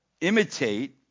imitate